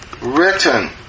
written